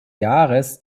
jahres